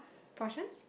portion